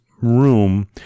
room